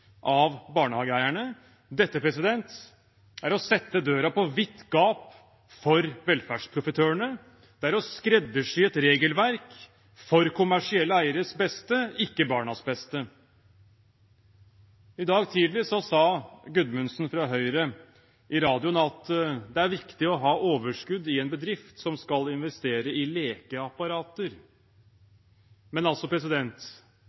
av barnehageeierne. Dette er å sette døra på vidt gap for velferdsprofittørene. Det er å skreddersy et regelverk for kommersielle eieres beste – ikke barnas beste. I dag tidlig sa Gudmundsen fra Høyre i radioen at det er viktig å ha overskudd i en bedrift som skal investere i lekeapparater.